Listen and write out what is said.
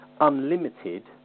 unlimited